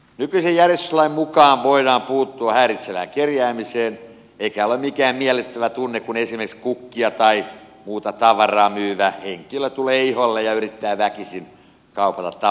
nykyisen järjestyslain mukaan voidaan puuttua häiritsevään kerjäämiseen eikä ole mikään miellyttävä tunne kun esimerkiksi kukkia tai muuta tavaraa myyvä henkilö tulee iholle ja yrittää väkisin kaupata tavaroitaan